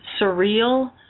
surreal